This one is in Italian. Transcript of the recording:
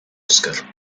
oscar